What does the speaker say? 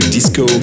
Disco